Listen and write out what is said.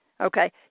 okay